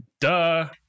duh